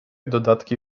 dodatki